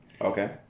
Okay